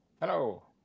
hello